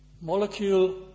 molecule